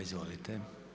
Izvolite.